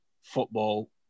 football